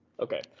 Okay